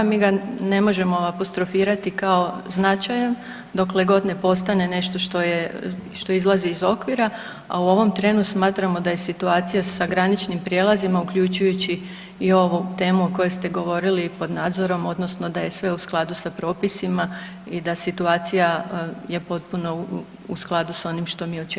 Mi ga ne možemo apostrofirati kao značajan dokle god ne postane nešto što, što izlazi iz okvira, a u ovom trenu smatramo da je situacija sa graničnim prijelazima uključujući i ovu temu o kojoj ste govoriti pod nadzorom odnosno da je sve u skladu sa propisima i da situacija je potpuno u skladu sa onim što mi očekujemo.